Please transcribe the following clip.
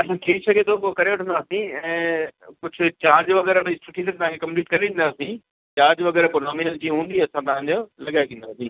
असां थी सघे थो पोइ करे वठंदासीं ऐं कुझु चार्ज वग़ैरह असां सुठी तरह तव्हांखे कंप्लीट करे ॾींदासीं चार्ज वग़ैरह पोइ नॉमिनल जीअं हूंदी असां तव्हांजो लगाए ॾींदासीं